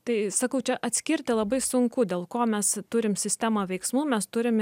tai sakau čia atskirti labai sunku dėl ko mes turim sistemą veiksmų mes turim